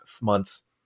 months